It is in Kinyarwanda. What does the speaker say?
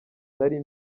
nari